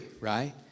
right